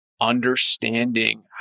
understanding